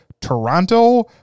Toronto